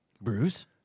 Bruce